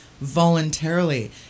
voluntarily